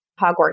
Hogwarts